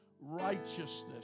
righteousness